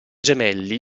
gemelli